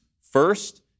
First